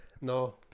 No